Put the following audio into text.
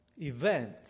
Event